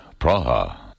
Praha